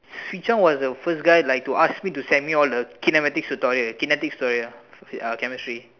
Hwee-Chong was the first guy like to ask me to send me all the kinematics tutorial kinetics tutorial ah uh chemistry